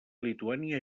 lituània